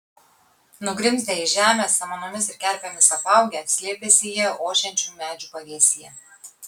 nugrimzdę į žemę samanomis ir kerpėmis apaugę slėpėsi jie ošiančių medžių pavėsyje